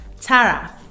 Tara